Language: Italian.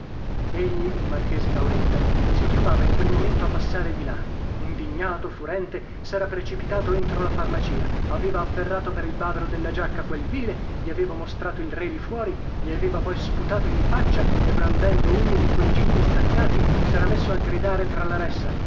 egli il marchese dauletta si trovava in quel momento a passare di là indignato furente sera precipitato entro la farmacia aveva afferrato per il bavero della giacca quel vile gli aveva mostrato il re lì fuori gli aveva poi sputato in faccia e brandendo uno di quei gigli staccati sera messo a gridare tra la ressa